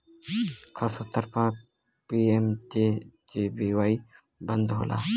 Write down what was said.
खासतौर पर पी.एम.जे.जे.बी.वाई बदे होला